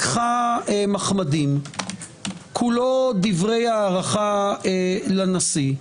כולו דברי הערכה לנשיא.